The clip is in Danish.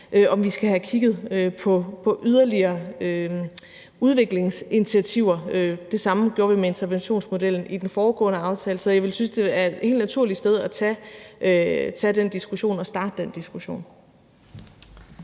skal have kigget på yderligere udviklingsinitiativer. Vi gjorde det samme med interventionsmodellen i den foregående aftale, så jeg synes, det vil være et helt naturligt sted at starte den diskussion.